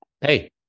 hey